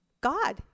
God